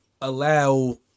allow